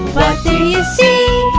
do you see?